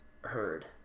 heard